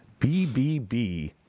BBB